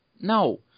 No